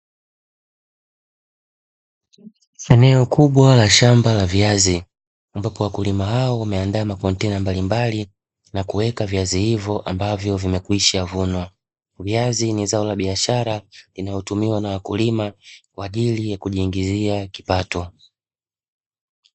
Eneo kubwa la shamba la viazi ambapo wakulima hao wameandaa makontena mbalimbali na kuweka viazi hivyo ambavyo vimekwishavunwa, viazi ni zao la biashara linaotumiwa na wakulima kwa ajili ya kujiingizia kipato.